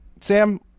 Sam